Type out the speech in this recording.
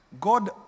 God